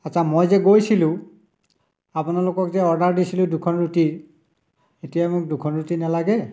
আচ্ছা মই যে গৈছিলোঁ আপোনালোকক যে অৰ্ডাৰ দিছিলোঁ দুখন ৰুটি এতিয়া মোক দুখন ৰুটি নেলাগে